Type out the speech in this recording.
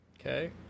Okay